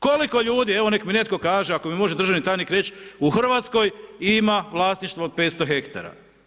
Koliko ljudi, evo neka mi netko kaže, ako mi može državni tajnik reći u Hrvatskoj ima vlasništvo od 500 hektara?